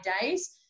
days